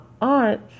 aunt